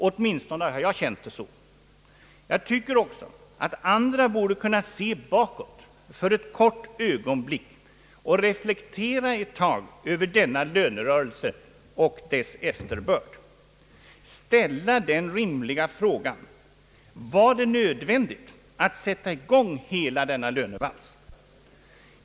Åtminstone har jag känt det så. Jag tycker att också andra borde kunna se bakåt för ett kort ögonblick och reflektera ett tag över denna rörelse och dess efterbörd samt ställa den rimliga frågan: Var det nödvändigt att sätta i gång hela denna lönevals?